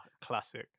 Classic